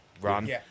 run